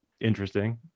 interesting